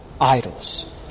idols